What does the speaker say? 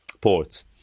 ports